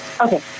okay